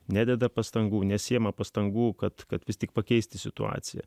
nededa pastangų nesiima pastangų kad kad vis tik pakeisti situaciją